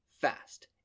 Fast